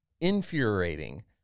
infuriating